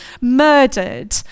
murdered